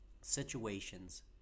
situations